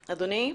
אדוני,